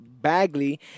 Bagley